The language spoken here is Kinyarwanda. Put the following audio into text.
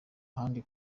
ahandi